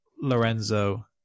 Lorenzo